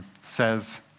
says